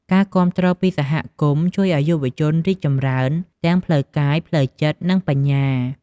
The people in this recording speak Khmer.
ការគាំទ្រពីសហគមន៍ជួយ ឱ្យយុវជនរីកចម្រើន ទាំងផ្លូវកាយ ផ្លូវចិត្ត និងបញ្ញា។